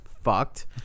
fucked